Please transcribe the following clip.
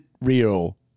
real